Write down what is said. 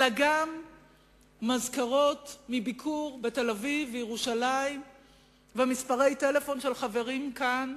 אלא גם מזכרות מביקור בתל-אביב ובירושלים ומספרי טלפון של חברים כאן,